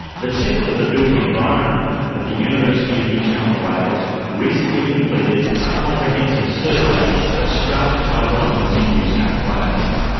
the centre for the built environment at the university of new south wales recently completed a comprehensive survey of strata title owners in new south wales.